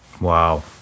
Wow